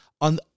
on